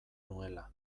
nuela